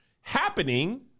happening